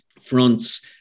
fronts